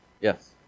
Yes